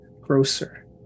Grocer